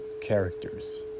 characters